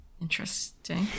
Interesting